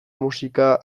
musika